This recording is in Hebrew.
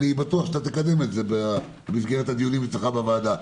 אני בטוח שאתה תקדם את זה במסגרת דיוני הוועדה.